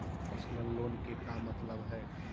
Personal loan के का मतलब हई?